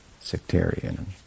sectarian